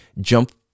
jump